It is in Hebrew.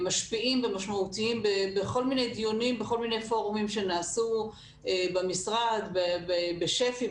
משפיעים ומשמעותיים בכל מיני דיונים ופורומים שנעשו במשרד ובשפ"י,